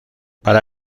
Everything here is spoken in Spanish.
para